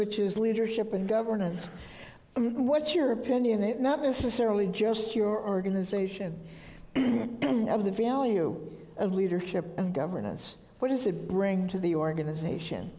which is leadership and governance what's your opinion not necessarily just your organization the value of leadership and governance what does it bring to the organization